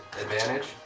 Advantage